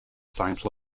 science